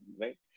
right